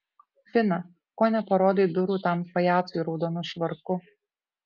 fina ko neparodai durų tam pajacui raudonu švarku